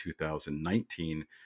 2019